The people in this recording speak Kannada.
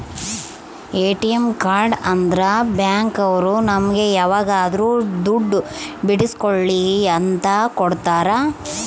ಎ.ಟಿ.ಎಂ ಕಾರ್ಡ್ ಅಂದ್ರ ಬ್ಯಾಂಕ್ ಅವ್ರು ನಮ್ಗೆ ಯಾವಾಗದ್ರು ದುಡ್ಡು ಬಿಡ್ಸ್ಕೊಳಿ ಅಂತ ಕೊಡ್ತಾರ